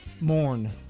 Mourn